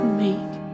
make